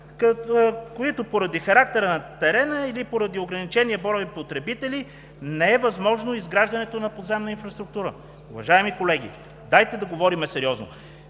които поради характера на терена или поради ограничения брой потребители не е възможно изграждането на подземна инфраструктура.“ Уважаеми колеги, дайте да говорим сериозно.